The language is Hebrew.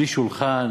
בלי שולחן,